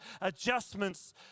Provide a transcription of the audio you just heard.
adjustments